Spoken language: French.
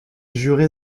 juré